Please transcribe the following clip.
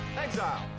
exile